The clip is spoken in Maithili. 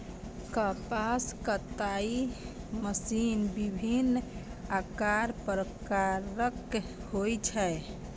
कपास कताइ मशीन विभिन्न आकार प्रकारक होइ छै